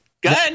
Good